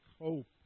hope